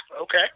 Okay